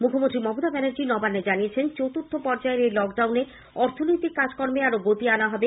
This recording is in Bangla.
মুখ্যমন্ত্রী মমতা ব্যানার্জি গতকাল নবান্নে জানিয়েছেন চতুর্থ পর্যায়ের এই লক ডাউনে অর্থনৈতিক কাজকর্মে আরো গতি আনা হবে